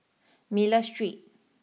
Miller Street